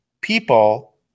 people